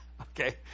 okay